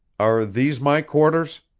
are these my quarters?